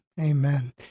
Amen